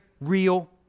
real